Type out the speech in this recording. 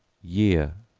year,